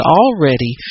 already